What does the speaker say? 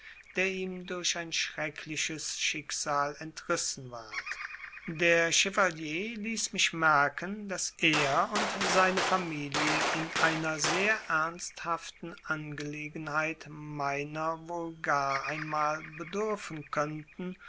der ihm durch ein schreckliches schicksal entrissen ward der chevalier ließ mich merken daß er und seine familie in einer sehr ernsthaften angelegenheit meiner wohl gar einmal bedürfen könnten